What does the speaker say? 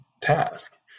task